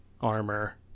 armor